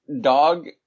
dog